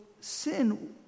sin